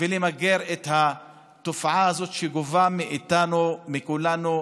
ולמגר את התופעה הזאת, שגובה מאיתנו, מכולנו,